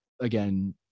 again